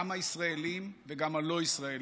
גם הישראלים וגם הלא-ישראלים.